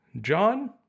john